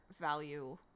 value